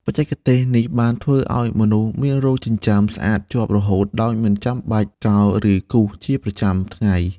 បច្ចេកទេសនេះបានធ្វើឲ្យមនុស្សមានរោមចិញ្ចើមស្អាតជាប់រហូត ដោយមិនចាំបាច់កោរ ឬគូរជាប្រចាំថ្ងៃ។